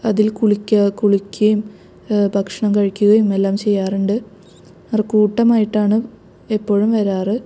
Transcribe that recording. അതിൽ കുളിക്കുക കുളിക്യേം ഭക്ഷണം കഴിക്കുകയും എല്ലാം ചെയ്യാറുണ്ട് അവർ കൂട്ടമായിട്ടാണ് എപ്പോഴും വരാറ്